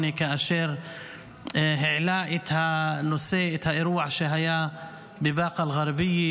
כאשר העלה את האירוע שהיה בבאקה אל-גרבייה,